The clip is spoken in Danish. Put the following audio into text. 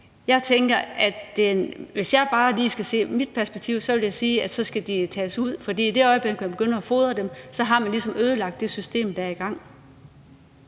gør man? Hvis jeg bare lige skal se det fra mit perspektiv, vil jeg sige, at de skal tages ud, for i det øjeblik, man begynder at fodre dem, har man ligesom ødelagt det system, der er i gang.